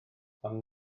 ond